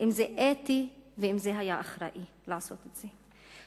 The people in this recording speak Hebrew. אם זה אתי ואם זה היה אחראי לעשות את זה,